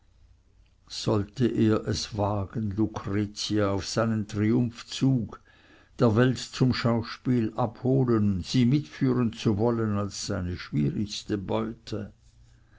sollte er es wagen lucretia auf seinen triumphzug der welt zum schauspiel abholen sie mitführen zu wollen als seine schwierigste beute